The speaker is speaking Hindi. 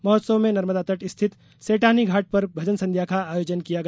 महोत्सव में नर्मदा तट स्थित सेठानी घाट पर भजन संध्या का आयोजन किया गया